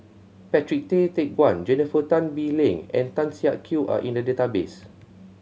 Patrick Tay Teck Guan Jennifer Tan Bee Leng and Tan Siak Kew are in the database